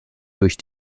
durch